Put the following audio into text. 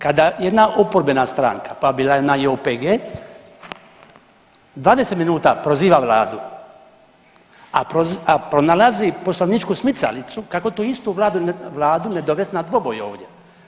Kada jedna oporbena pa bila jedna i OPG 20 minuta proziva vladu, a pronalazi poslovničku smicalicu kako tu istu vladu ne dovest na dvoboj ovdje.